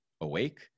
awake